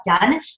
done